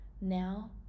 Now